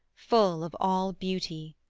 full of all beauty.